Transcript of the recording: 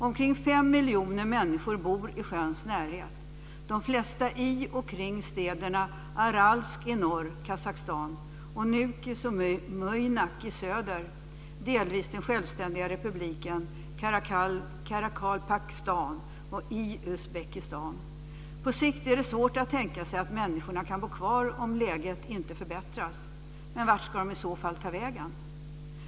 Omkring fem miljoner människor bor i sjöns närhet, de flesta i och kring städerna Aralsk i norr i Kazakstan och Nukus och Muynak i söder i den delvis självständiga republiken Karakalpakstan i Uzbekistan. På sikt är det svårt att tänka sig att människorna kan bo kvar om läget inte förbättras. Men vart ska de i så fall ta vägen?